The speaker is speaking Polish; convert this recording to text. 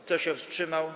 Kto się wstrzymał?